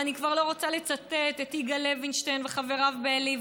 ואני כבר לא רוצה לצטט את יגאל לוינשטיין וחבריו בעלי,